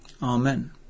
Amen